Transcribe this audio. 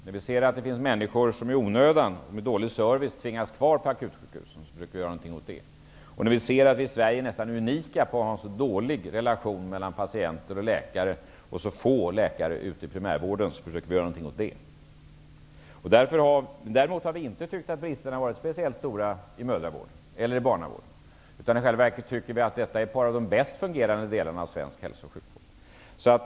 När vi ser att det finns människor som i onödan och med dålig service tvingas kvar på akutsjukhusen så försöker vi göra någonting åt det. När vi ser att vi i Sverige är nästan unika på att ha en så dålig relation mellan patienter och läkare och så få läkare ute i primärvården, så försöker vi göra någonting åt det. Däremot har vi inte tyckt att bristerna varit speciellt stora i mödravården eller barnavården. I själva verket tycker vi att detta är ett par av de bäst fungerande delarna av svensk hälso och sjukvård.